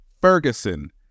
Ferguson